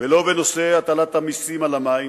ולא בנושא הטלת המסים על המים